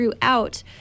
throughout